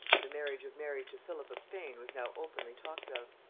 the marriage of mary to philip of spain was now openly talked of.